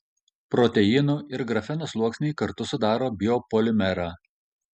proteinų ir grafeno sluoksniai kartu sudaro biopolimerą